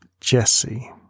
Jesse